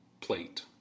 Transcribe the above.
plate